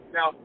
Now